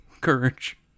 courage